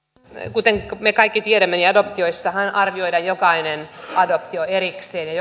kuten me kaikki tiedämme adoptioissahan arvioidaan jokainen adoptio erikseen ja